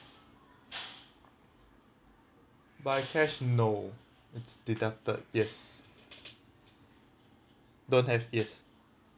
by cash no it's deducted yes don't have yes